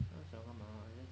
不要想他们 lah just